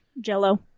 Jello